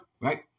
right